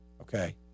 Okay